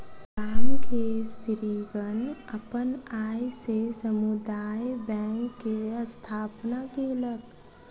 गाम के स्त्रीगण अपन आय से समुदाय बैंक के स्थापना केलक